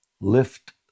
Lift